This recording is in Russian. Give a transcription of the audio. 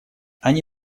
они